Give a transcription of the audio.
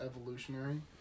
evolutionary